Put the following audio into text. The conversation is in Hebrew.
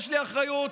קצת אחריות,